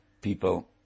People